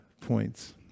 points